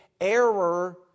error